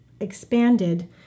expanded